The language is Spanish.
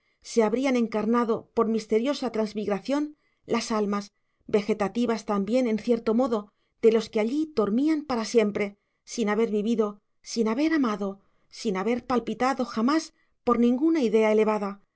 se habrían encarnado por misteriosa transmigración las almas vegetativas también en cierto modo de los que allí dormían para siempre sin haber vivido sin haber amado sin haber palpitado jamás por ninguna idea elevada